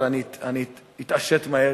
אבל אני אתעשת מהר,